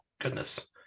goodness